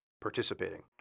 participating